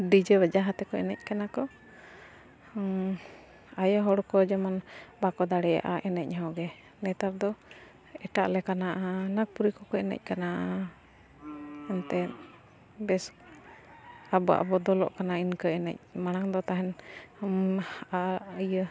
DJ ᱵᱟᱡᱟ ᱦᱟᱛᱮᱠᱚ ᱮᱱᱮᱡ ᱠᱟᱱᱟ ᱠᱚ ᱟᱭᱳ ᱦᱚᱲ ᱠᱚ ᱡᱮᱢᱚᱱ ᱵᱟᱠᱚ ᱫᱟᱲᱮᱭᱟᱜᱼᱟ ᱮᱱᱮᱡ ᱠᱚᱜᱮ ᱱᱮᱛᱟᱨ ᱫᱚ ᱮᱴᱟᱜ ᱞᱮᱠᱟᱱᱟᱜ ᱱᱟᱜᱽᱯᱩᱨᱤ ᱠᱚᱠᱚ ᱮᱱᱮᱡ ᱠᱟᱱᱟ ᱮᱱᱛᱮ ᱵᱮᱥ ᱟᱵᱚᱣᱟᱜ ᱵᱚᱫᱚᱞᱚᱜ ᱠᱟᱱᱟ ᱤᱱᱠᱟᱹ ᱮᱱᱮᱡ ᱢᱟᱲᱟᱝ ᱫᱚ ᱛᱟᱦᱮᱱ ᱟᱻ ᱤᱭᱟᱹ